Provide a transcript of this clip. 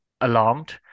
alarmed